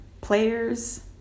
players